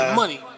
money